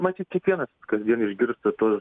matyt kiekvienas kasdien išgirstu tų